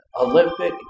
Olympic